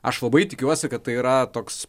aš labai tikiuosi kad tai yra toks